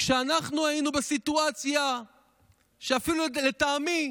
כשאנחנו היינו בסיטואציה שבה לטעמי,